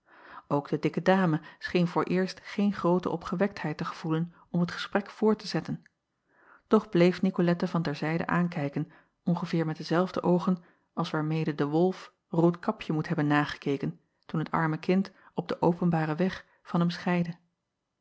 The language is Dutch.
ok de dikke dame scheen vooreerst geen groote opgewektheid te gevoelen om het gesprek voort te zetten doch bleef icolette van ter zijde aankijken ongeveer met dezelfde oogen als waarmede de wolf oodkapje moet hebben nagekeken toen t arme kind op den openbaren weg van hem scheidde